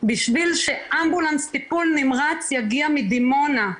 בשביל שאמבולנס טיפול נמרץ יגיע מדימונה,